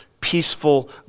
peaceful